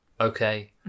okay